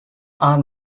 are